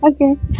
Okay